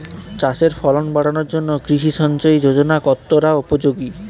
চাষের ফলন বাড়ানোর জন্য কৃষি সিঞ্চয়ী যোজনা কতটা উপযোগী?